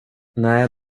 nej